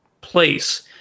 place